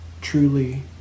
truly